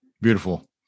beautiful